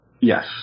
Yes